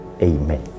Amen